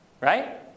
right